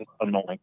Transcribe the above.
annoying